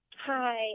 Hi